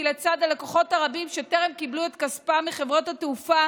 לצד הלקוחות הרבים שטרם קיבלו את כספם מחברות התעופה,